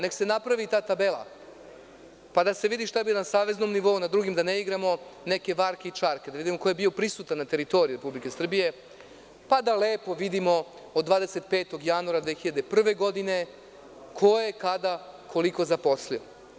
Nek se napravi ta tabela pa da se vidi šta bi na saveznom nivou, na drugim, da ne igramo neke varke i čarke, da vidimo ko je bio prisutan na teritoriji Republike Srbije, pa da lepo vidimo od 25. januara 2001. godine ko je kada koliko zaposlio.